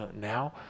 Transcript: now